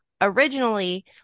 Originally